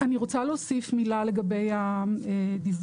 אני רוצה להוסיף מילה לגבי הדיווח.